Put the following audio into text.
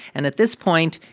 and at this point,